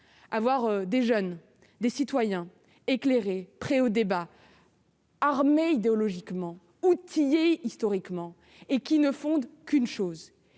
avoir des jeunes, des citoyens éclairés prêt au débat. Armer idéologiquement outillé historiquement et qui ne font qu'une chose